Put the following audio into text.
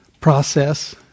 process